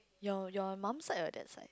your your mum side or dad side